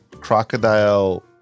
crocodile